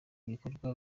bikorwa